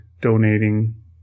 donating